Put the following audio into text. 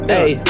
Hey